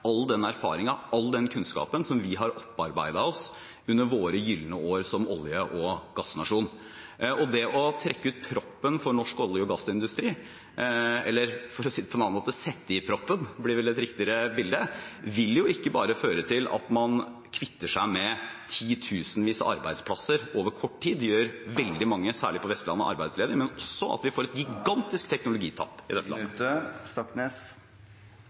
all erfaringen og all kunnskapen vi har opparbeidet oss i våre gylne år som olje- og gassnasjon. Det å trekke ut proppen for norsk olje- og gassindustri – eller sette i proppen, det blir vel et mer riktig bilde – vil ikke bare føre til at man kvitter seg med titusenvis av arbeidsplasser over kort tid. Det gjør veldig mange, særlig på Vestlandet, arbeidsledige, og vi får også et gigantisk teknologitap.